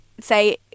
say